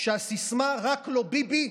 שהסיסמה "רק לא ביבי"